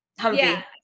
Humvee